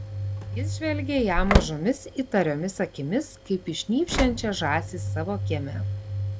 jis žvelgė į ją mažomis įtariomis akimis kaip į šnypščiančią žąsį savo kieme